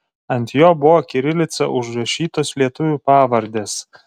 ant jo buvo kirilica užrašytos lietuvių pavardės